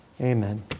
Amen